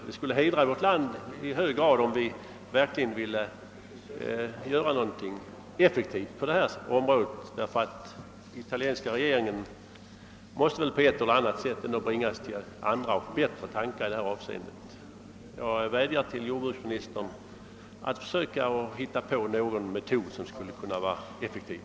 Det skulle i hög grad hedra vårt land om vi kunde göra en effektiv insats på detta område. Den italienska regeringen måste på ett eller annat sätt bringas att komma på andra och bättre tankar i detta fall. Jag vädjar sålunda till jordbruksministern att han försöker finna någon metod som kan vara effektiv.